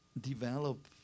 develop